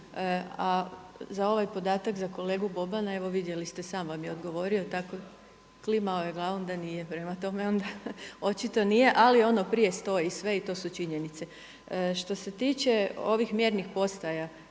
a za ovaj podatak za kolegu Bobana, evo vidjeli ste sam vam je odgovorio. Klimao je glavom da nije. Prema tome, onda očito nije, ali ono prije stoji sve i to su činjenice. Što se tiče ovih mjernih postaja